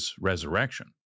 resurrection